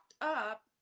up